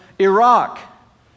Iraq